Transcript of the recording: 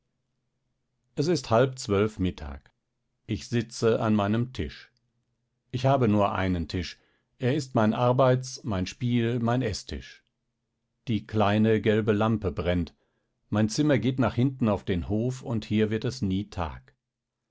es ist halb zwölf uhr mittag ich sitze an meinem tisch ich habe nur einen tisch er ist mein arbeits mein spiel mein eßtisch die kleine gelbe lampe brennt mein zimmer geht nach hinten auf den hof und hier wird es nie tag